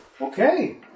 Okay